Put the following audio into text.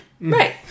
Right